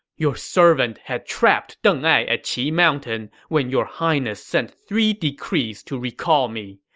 your servant had trapped deng ai at qi mountain when your highness sent three decrees to recall me.